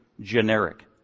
generic